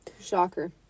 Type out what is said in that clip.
Shocker